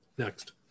Next